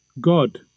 God